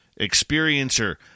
experiencer